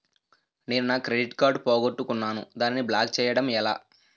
నేను నా credit card పోగొట్టుకున్నాను దానిని బ్లాక్ చేయడం ఎలా?